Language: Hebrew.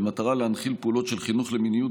במטרה להנחיל פעולות של חינוך למיניות